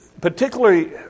particularly